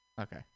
Okay